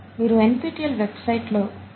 మీరు NPTEL website లో వివరాలని చూడొచ్చు